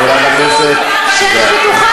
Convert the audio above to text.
חברת הכנסת זנדברג, זה דווקא